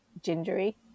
gingery